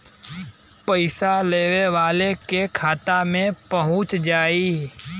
पइसा लेवे वाले के खाता मे पहुँच जाई